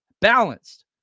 balanced